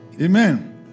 Amen